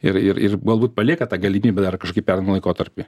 ir ir ir galbūt palieka tą galimybę dar kažkokį pereinamąjį laikotarpį